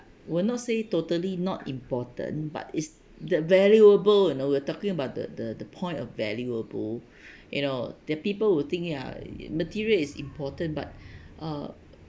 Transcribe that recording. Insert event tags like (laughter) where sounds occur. would not say totally not important but it's the valuable you know we're talking about the the the point of valuable (breath) you know that people will think ya material is important but (breath) uh